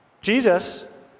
Jesus